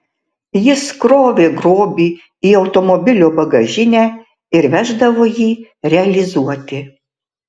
jis krovė grobį į automobilio bagažinę ir veždavo jį realizuoti